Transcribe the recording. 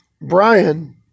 Brian